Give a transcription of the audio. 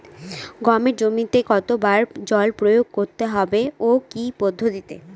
গমের জমিতে কতো বার জল প্রয়োগ করতে হবে ও কি পদ্ধতিতে?